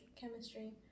chemistry